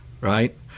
Right